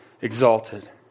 exalted